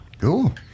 Cool